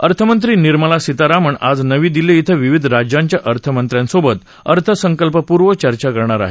अर्थमंत्री निर्मला सीतास्मण आज नवी दिल्ली इथं विविध राज्यांच्या अर्थमंत्र्यांसोबत अर्थसंकल्पपूर्व चर्चा करणार आहेत